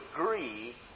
agree